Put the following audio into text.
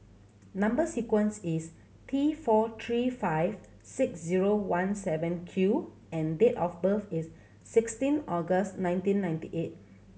number sequence is T four three five six zero one seven Q and date of birth is sixteen August nineteen ninety eight